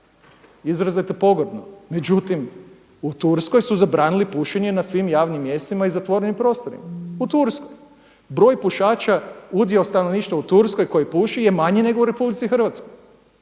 Izrazito pogrdno, međutim u Turskoj su zabranili pušenje na svim javnim mjestima i zatvorenim prostorima. U Turskoj broj pušača, udio stanovništva u Turskoj koji puši je manji nego u Republici Hrvatskoj.